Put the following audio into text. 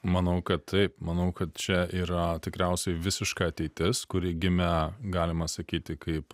manau kad taip manau kad čia yra tikriausiai visiška ateitis kuri gimė galima sakyti kaip